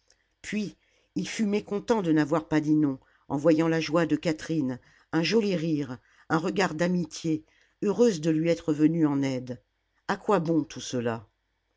puis il fut mécontent de n'avoir pas dit non en voyant la joie de catherine un joli rire un regard d'amitié heureuse de lui être venue en aide a quoi bon tout cela